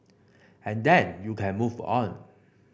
and then you can move on